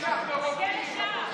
תסתכל לשם.